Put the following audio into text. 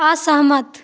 असहमत